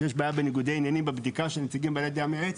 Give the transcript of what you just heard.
שיש בעיה בניגודי עניינים בבדיקה של נציגים בעלי דעה מייעצת,